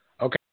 Okay